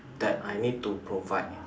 that I need to provide